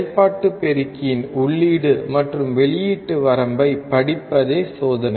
செயல்பாட்டு பெருக்கியின் உள்ளீடு மற்றும் வெளியீட்டு வரம்பைப் படிப்பதே சோதனை